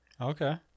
Okay